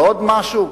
בעוד משהו?